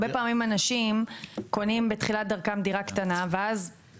הרבה פעמים אנשים קונים בתחילת דרכם דירה קטנה ואז